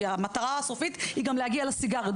כי המטרה הסופית היא גם להגיע לסיגריות,